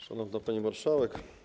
Szanowna Pani Marszałek!